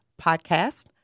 podcast